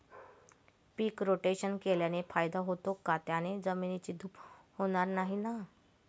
पीक rotation केल्याने फायदा होतो का? त्याने जमिनीची धूप होणार नाही ना?